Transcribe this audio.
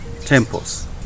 temples